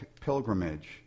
pilgrimage